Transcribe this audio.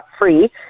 free